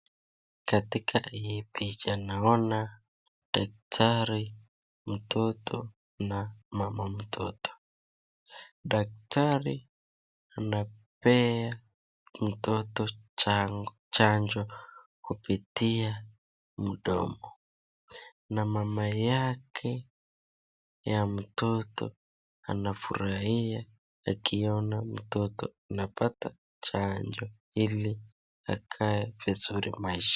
katika hii picha naona dakitari, mtoto na mama mtoto, dakidari anampea mtoto chanjo kupitia mdomo na mama yake anafurahia akiona mtoto anapata chanjo ili ake vizuri mahishani